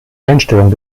einstellung